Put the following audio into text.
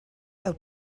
out